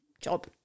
job